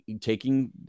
taking